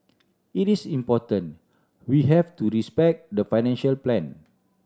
it is important we have to respect the financial plan